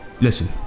Listen